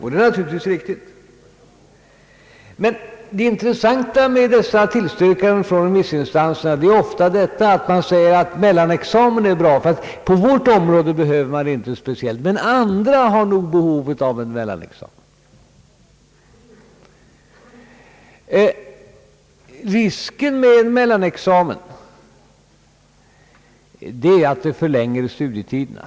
Det är naturligtvis riktigt, men det intressanta med dessa tillstyrkanden är att remissorganen ofta säger så här: Mellanexamen är nog bra. På vårt område behövs visserligen ingen mellanexamen, men andra har säkert behov av en sådan. Risken med en mellanexamen är att den förlänger studietiderna.